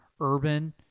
urban